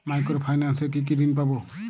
Micro finance এ কি কি ঋণ পাবো?